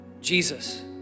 Jesus